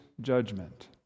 judgment